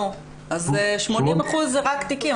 נו, אז 80% זה רק תיקים.